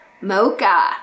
mocha